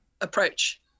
approach